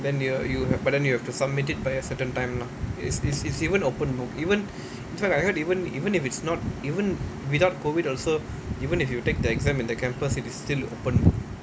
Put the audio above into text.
then you you have but then you have to submit it by a certain time lah it's it's even open book even even if it's not even without COVID also even if you take the exam in the campus it's still open book